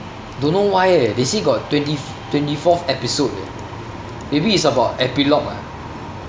don't know why eh they say got twenty twenty fourth episode eh maybe it's about epilogue ah